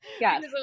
Yes